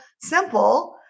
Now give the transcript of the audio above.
simple